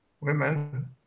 women